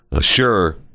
Sure